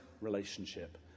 relationship